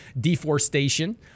deforestation